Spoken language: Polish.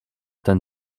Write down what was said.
ten